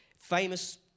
Famous